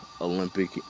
olympic